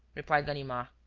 replied ganimard.